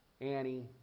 Annie